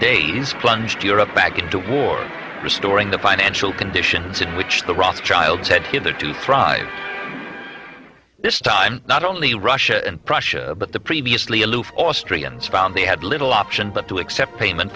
days plunged europe back into war restoring the financial conditions in which the rothschilds had give their to thrive this time not only russia and prussia but the previously aloof austrians found they had little option but to accept payment